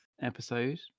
episode